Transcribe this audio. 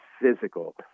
physical